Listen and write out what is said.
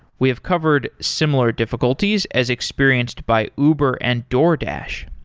we have covered similar difficulties as experienced by uber and doordash.